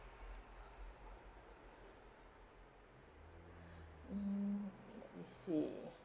mm I see